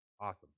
Awesome